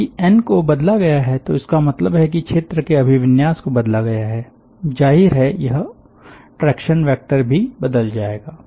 यदि एन को बदला गया है तो इसका मतलब है कि क्षेत्र के अभिविन्यास को बदला गया है जाहिर है यह ट्रैक्शन वेक्टर भी बदल जाएगा